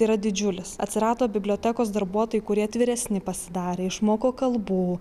yra didžiulis atsirado bibliotekos darbuotojai kurie vyresni pasidarė išmoko kalbų